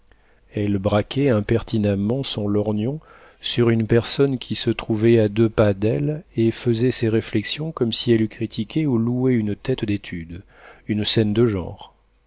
elle braquait impertinemment son lorgnon sur une personne qui se trouvait à deux pas d'elle et faisait ses réflexions comme si elle eût critiqué ou loué une tête d'étude une scène de genre